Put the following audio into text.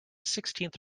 sixteenth